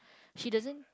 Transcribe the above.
she doesn't